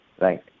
right